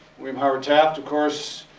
william howard taft, of course,